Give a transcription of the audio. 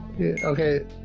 Okay